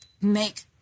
make